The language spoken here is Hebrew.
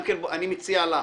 גם כן, אני מציע לך